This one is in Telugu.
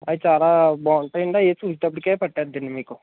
అవి చాలా బాగుంటాయండి అవి చూసేటప్పటికే పట్టేస్తుందండి మీకు